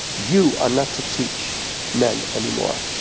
you are not to teach men anymore.